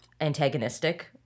antagonistic